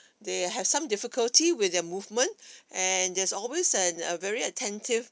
they have some difficulty with their movement and there's always an uh very attentive